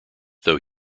though